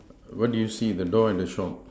what do you see the door and the shop